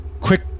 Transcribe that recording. Quick